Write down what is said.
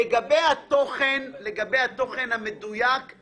מדברים פה כל הזמן על שער כניסה.